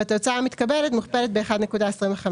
והתוצאה המתקבלת מוכפלת ב-1.25,